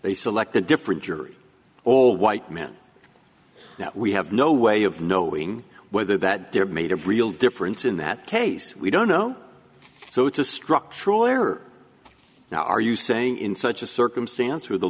they select a different jury all white men now we have no way of knowing whether that there made a real difference in that case we don't know so it's a structural error now are you saying in such a circumstance where the